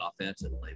offensively